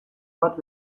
bat